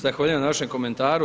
Zahvaljujem na vašem komentaru.